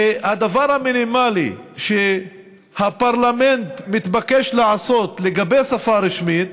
והדבר המינימלי שהפרלמנט מתבקש לעשות לגבי שפה רשמית